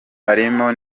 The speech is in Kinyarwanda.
arimo